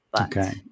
Okay